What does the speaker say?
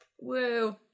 Woo